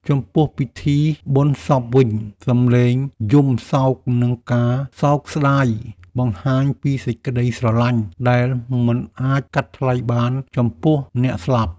ចំពោះពិធីបុណ្យសពវិញ សម្លេងយំសោកនិងការសោកស្តាយ បង្ហាញពីសេចក្តីស្រឡាញ់ដែលមិនអាចកាត់ថ្លៃបានចំពោះអ្នកស្លាប់។